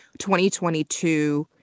2022